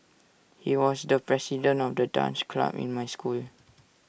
he was the president of the dance club in my school